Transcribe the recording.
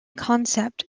concept